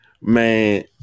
Man